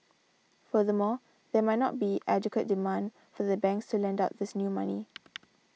furthermore there might not be adequate demand for the banks to lend out this new money